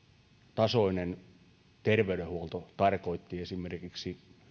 tasoinen terveydenhuolto tarkoitti esimerkiksi